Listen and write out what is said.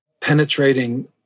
penetrating